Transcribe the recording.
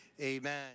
Amen